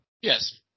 Yes